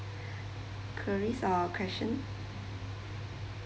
queries or question